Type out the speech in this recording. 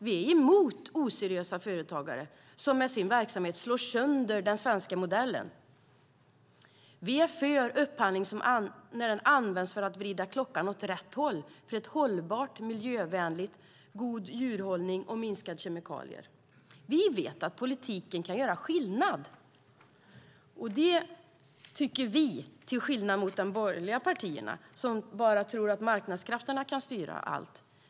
Vi är emot oseriösa företagare som med sin verksamhet slår sönder den svenska modellen. Vi är för upphandling när den används för att vrida klockan åt rätt håll. Det handlar om att det ska vara hållbart, miljövänligt, god djurhållning och minskade kemikalier. Vi vet att politiken kan göra skillnad, till skillnad från de borgerliga partierna, som bara tror att marknadskrafterna kan styra allt.